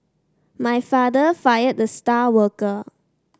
my father fired the star worker